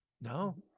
no